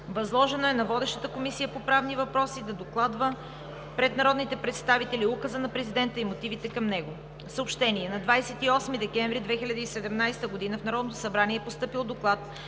Възложено е на водещата Комисия по правни въпроси да докладва пред народните представители Указа на Президента и мотивите към него; - На 28 декември 2017 г. в Народното събрание е постъпил доклад